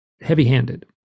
heavy-handed